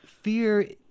Fear